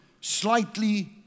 slightly